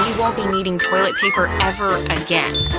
won't be needing toilet paper ever again.